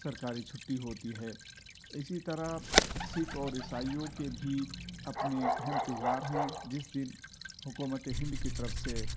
سركاری چھٹّی ہوتی ہے اسی طرح سكھ اور عیسائیوں کے بھی اپنے اہم تہوار ہیں جس دن حکومت ہند کی طرف سے